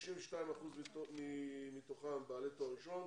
62% מתוכם בעלי תואר ראשון,